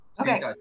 Okay